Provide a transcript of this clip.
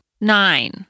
Nine